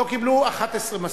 לא, לא, לא קיבלו 11 משכורות,